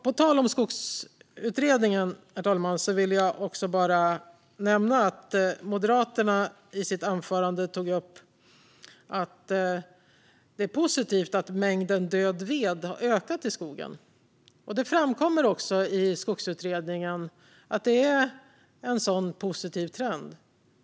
På tal om Skogsutredningen, herr talman, vill jag också nämna att Moderaterna i sitt anförande tog upp att det är positivt att mängden död ved har ökat i skogen. Det framkommer också i Skogsutredningen att det är en sådan positiv trend.